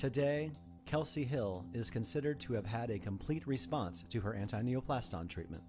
today kelsey hill is considered to have had a complete response to her anti nuke last on treatment